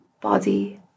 body